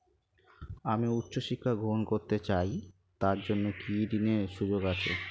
আমি উচ্চ শিক্ষা গ্রহণ করতে চাই তার জন্য কি ঋনের সুযোগ আছে?